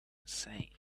insane